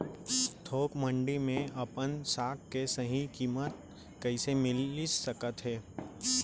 थोक मंडी में अपन साग के सही किम्मत कइसे मिलिस सकत हे?